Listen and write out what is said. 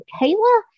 Kayla